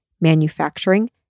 manufacturing